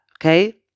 okay